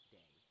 day